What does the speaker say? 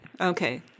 Okay